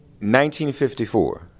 1954